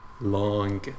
long